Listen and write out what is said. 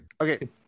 okay